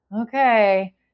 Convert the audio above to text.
Okay